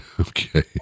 Okay